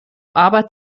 aber